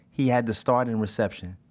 he had to start in reception,